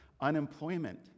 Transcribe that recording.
unemployment